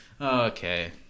Okay